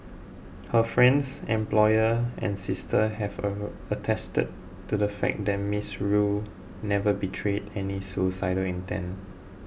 her friends employer and sister have attested to the fact that Miss Rue never betrayed any suicidal intent